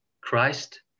Christ